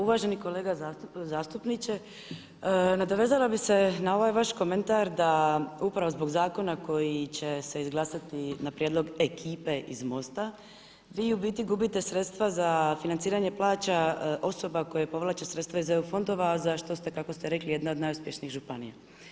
Uvaženi kolega zastupniče, nadovezala bi se na ovaj vaš komentar da upravo zbog zakona koji će se izglasati na prijedlog ekipe iz MOST-a vi u biti gubite sredstva za financiranje plaća osoba koje povlače sredstva iz EU fondova a za što ste kako ste rekli jedna od najuspješnijih županija.